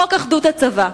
חוק אחדות הצבא.